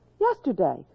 Yesterday